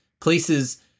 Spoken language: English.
places